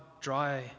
dry